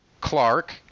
Clark